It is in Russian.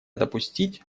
допустить